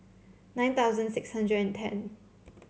nine thousand six hundred and ten